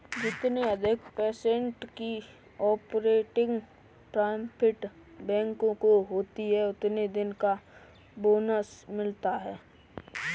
जितने अधिक पर्सेन्ट की ऑपरेटिंग प्रॉफिट बैंकों को होती हैं उतने दिन का बोनस मिलता हैं